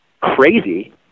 crazy